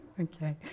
Okay